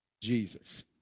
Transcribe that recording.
Jesus